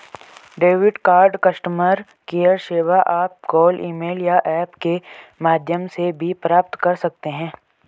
debit card customer care सेवा आप call email या ऐप के माध्यम से भी प्राप्त कर सकते हैं